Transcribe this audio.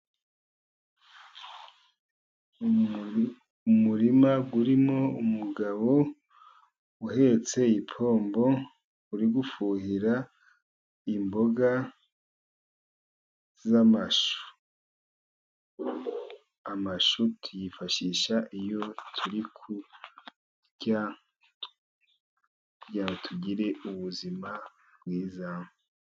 Umurima urimo umugabo uhetse ipombo, uri gufuhira imboga z'amashu. Amashu tuyifashisha iyo turi kurya kugira ngo tugire ubuzima bwiza.